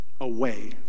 away